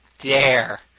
Dare